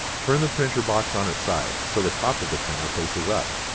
turn the printer box on its side so the top of the printer faces up.